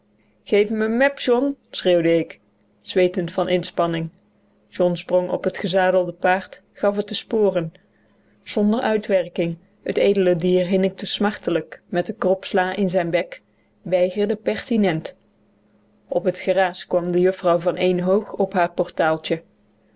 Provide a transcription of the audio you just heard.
m n mep john schreeuwde ik zweetend van inspanning john sprong op het gezadelde paard gaf het de sporen zonder uitwerking het edele dier hinnikte smartelijk met de krop sla in zijn bek weigerde pertinent op het geraas kwam de juffrouw van éénhoog op haar portaaltje